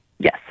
Yes